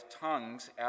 tongues